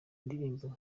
indirimbo